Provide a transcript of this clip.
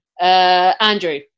Andrew